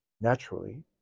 naturally